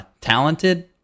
Talented